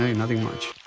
nothing much.